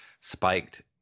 spiked